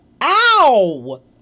Ow